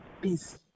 busy